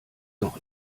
doch